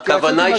הכוונה היא